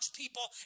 people